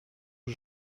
que